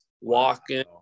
walking